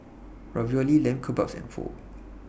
Ravioli Lamb Kebabs and Pho